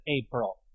April